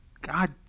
God